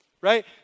right